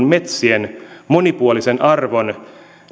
metsien monipuolisen arvon